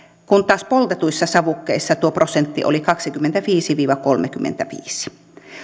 kun taas poltetuissa savukkeissa tuo prosentti oli kaksikymmentäviisi viiva kolmekymmentäviisi